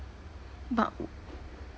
but